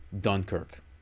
Dunkirk